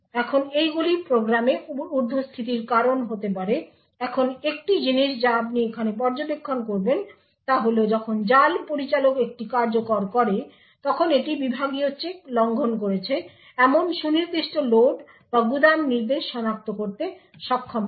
এখন এইগুলি প্রোগ্রামে উর্ধস্থিতির কারণ হতে পারে এখন একটি জিনিস যা আপনি এখানে পর্যবেক্ষণ করবেন তা হল যখন জাল পরিচালক এটি কার্যকর করে তখন এটি বিভাগীয় চেক লঙ্ঘন করেছে এমন সুনির্দিষ্ট লোড বা গুদাম নির্দেশ সনাক্ত করতে সক্ষম হবে